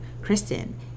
Kristen